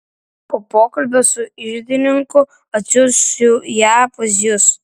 po pokalbio su iždininku atsiųsiu ją pas jus